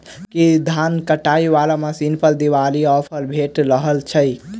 की धान काटय वला मशीन पर दिवाली ऑफर भेटि रहल छै?